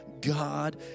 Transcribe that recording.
God